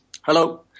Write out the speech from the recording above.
Hello